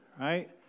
right